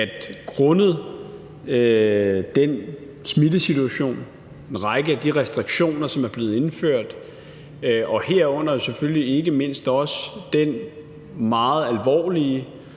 at grundet den smittesituation, der er, og grundet rækken af de restriktioner, som er blevet indført, herunder selvfølgelig ikke mindst også den meget alvorlige